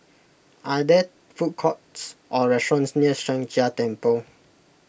are there food courts or restaurants near Sheng Jia Temple